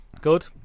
Good